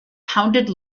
pounded